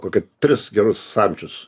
kokia tris gerus samčius